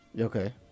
Okay